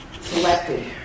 selected